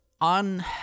on